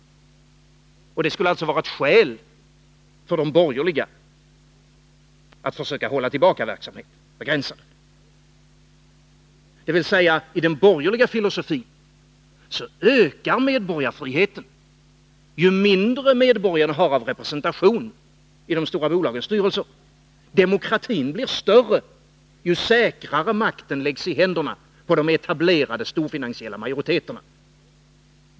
Och det skulle alltså för de borgerliga vara skälet till att försöka hålla tillbaka verksamheten, att begränsa den. I den borgerliga filosofin blir alltså medborgarfriheten större ju mindre medborgarna har av representation i de stora bolagens styrelser — demokratin blir större ju säkrare makten läggs i händerna på de etablerade storfinansiella majoriteterna.